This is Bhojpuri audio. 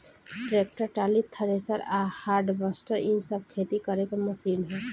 ट्रैक्टर, टाली, थरेसर आ हार्वेस्टर इ सब खेती करे के मशीन ह